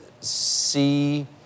see